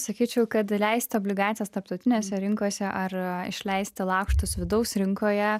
sakyčiau kad leisti obligacijas tarptautinėse rinkose ar išleisti lakštus vidaus rinkoje